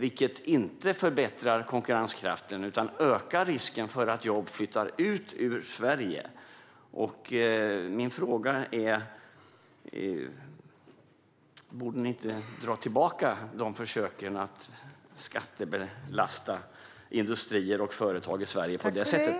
vilket inte förbättrar konkurrenskraften utan ökar risken att jobb flyttar ut ur Sverige. Min fråga är: Borde ni inte dra tillbaka försöken att skattebelasta industrier och företag i Sverige på det sättet?